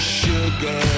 sugar